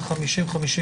קליני 50ב.